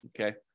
Okay